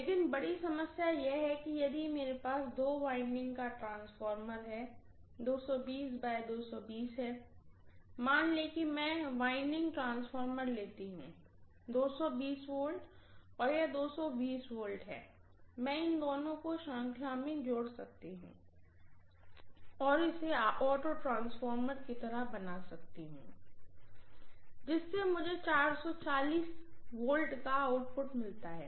लेकिन बड़ी समस्या यह है की यदि मेरे पास दो वाइंडिंग का ट्रांसफार्मर है जो 220220 है मान लें कि मैं दो वाइंडिंग ट्रांसफार्मर लेती हूँ जो 220 V है और यह 220 V भी है मैं इन दोनों को श्रृंखला में जोड़ सकती हूँ और इसे ऑटो ट्रांसफार्मर की तरह बना सकती हूँ जिससे मुझे 440 V का आउटपुट मिलता है